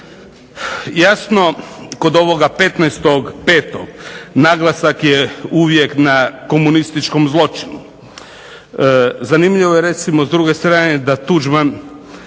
Jasno kod ovoga 15. 5. naglasak je uvijek na komunističkom zločinu. Zanimljivo je recimo s druge strane da Tuđman,